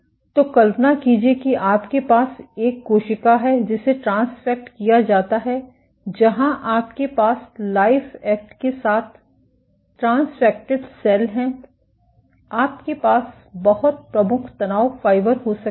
तो कल्पना कीजिए कि आपके पास एक कोशिका है जिसे ट्रांसफ़ेक्ट किया जाता है जहाँ आपके पास लाइफ़एक्ट के साथ ट्रांसफ़ेक्टेड सेल हैं आपके पास बहुत प्रमुख तनाव फाइबर हो सकते हैं